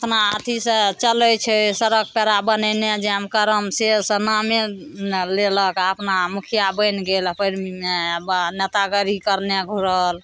अपना अथी सँ चलै छै सड़क पेड़ा बनेने जाएब करम से सब नामे ने लेलक आ अपना मुखिया बैनि गेल अपन नेतागरी कयने घुरल